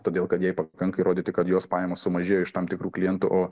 todėl kad jai pakanka įrodyti kad jos pajamos sumažėjo iš tam tikrų klientų o